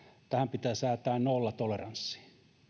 pitää säätää nollatoleranssi